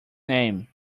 name